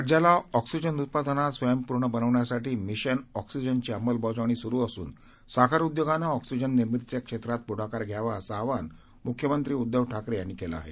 राज्याला ऑक्सिजन उत्पादनात स्वयंपूर्ण बनविण्यासाठी मिशन ऑक्सिजनची अंमलबजावणी स्रु असून साखर उद्योगानं ऑक्सिजन निर्मितीच्या क्षेत्रांत प्ढाकार घ्यावा असं आवाहन म्ख्यमंत्री उद्धव ठाकरे यांनी केलं आहे